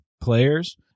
players